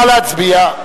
נא להצביע.